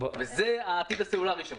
זה העתיד הסלולרי שלך.